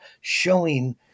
showing